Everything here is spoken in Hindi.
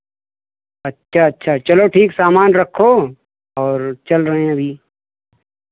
अच्छा अच्छा चलो ठीक सामान रखो और चल रहे हैं अभी